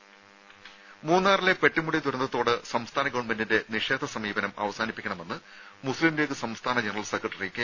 രുമ മൂന്നാറിലെ പെട്ടിമുടി ദുരന്തതോട് സംസ്ഥാന ഗവൺമെന്റിന്റെ നിഷേധ സമീപനം അവസാനിപ്പിക്കണമെന്ന് മുസ്ലിം ലീഗ് സംസ്ഥാന ജനറൽ സെക്രട്ടറി കെ